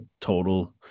total